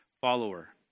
follower